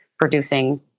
producing